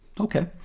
Okay